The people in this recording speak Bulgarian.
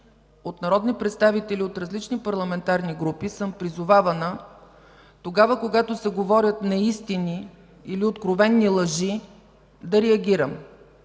от народни представители от различни парламентарни групи съм призовавана, когато се говорят неистини или откровени лъжи, да реагирам.